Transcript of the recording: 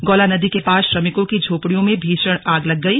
गौला नदी के पास श्रमिकों की झोपड़ियों में भीषण आग लग गई